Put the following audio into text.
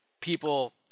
people –